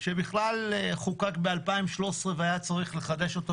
שבכלל חוקק ב-2013 והיה צריך לשפץ אותו,